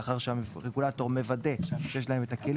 לאחר שהרגולטור מוודא שיש להם את הכלים